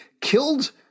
killed